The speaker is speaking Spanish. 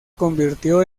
convirtió